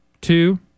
two